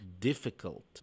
difficult